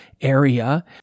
area